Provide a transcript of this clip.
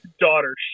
daughter